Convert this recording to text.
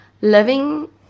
living